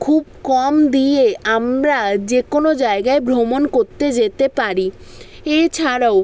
খুব কম দিয়ে আমরা যে কোনো জায়গায় ভ্রমণ করতে যেতে পারি এছাড়াও